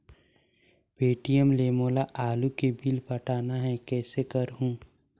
Paytm ले मोला आलू के बिल पटाना हे, कइसे करहुँ?